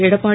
Edappadi